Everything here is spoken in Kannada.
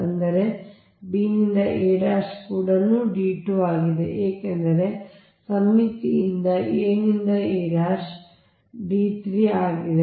ಅಂದರೆ b ನಿಂದ a ಕೂಡ ಅದರ d2 ಆಗಿದೆ ಏಕೆಂದರೆ ಸಮ್ಮಿತಿಯಿಂದ ಮತ್ತು a ನಿಂದ a d3 ಆಗಿದೆ